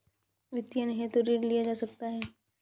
वित्तीयन हेतु ऋण लिया जा सकता है